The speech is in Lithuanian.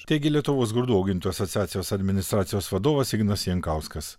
taigi lietuvos grūdų augintojų asociacijos administracijos vadovas ignas jankauskas